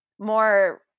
more